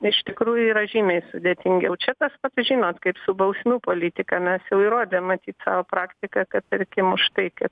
iš tikrųjų yra žymiai sudėtingiau čia tas pats žinot kaip su bausmių politika mes jau įrodėm matyt savo praktika kad tarkim už tai kad